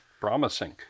Promising